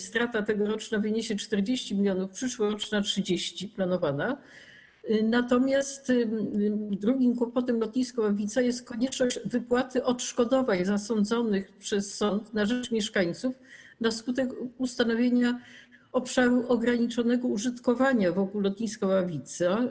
Strata tegoroczna wyniesie 40 mln zł, w przyszłym roku jest planowana na 30 mln zł, natomiast drugim kłopotem lotniska Ławica jest konieczność wypłaty odszkodowań zasądzonych przez sąd na rzecz mieszkańców na skutek ustanowienia obszaru ograniczonego użytkowania wokół lotniska Ławica.